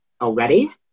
already